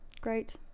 great